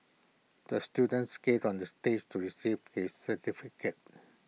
the student skated on the stage to receive his certificate